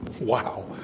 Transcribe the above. Wow